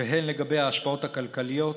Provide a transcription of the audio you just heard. והן לגבי ההשפעות הכלכליות,